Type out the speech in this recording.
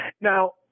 Now